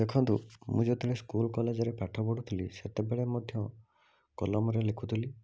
ଦେଖନ୍ତୁ ମୁଁ ଯେତେବେଳେ ସ୍କୁଲ କଲେଜରେ ପାଠ ପଢ଼ୁଥିଲି ସେତେବେଳେ ମଧ୍ୟ କଲମରେ ଲେଖୁଥିଲି